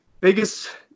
Biggest